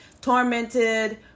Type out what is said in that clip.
tormented